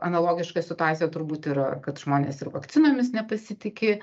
analogiška situacija turbūt yra kad žmonės ir vakcinomis nepasitiki